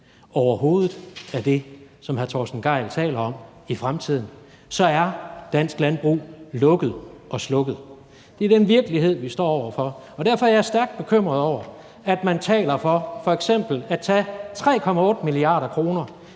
ikke noget af det, som hr. Torsten Gejl taler om, i fremtiden, for så er dansk landbrug lukket og slukket. Det er den virkelighed, vi står over for. Derfor er jeg stærkt bekymret over, at man taler for f.eks. at tage 3,8 mia. kr. fra